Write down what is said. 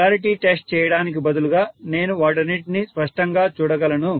polarity test చేయడానికి బదులుగా నేను వాటన్నింటిని స్పష్టంగా చూడగలను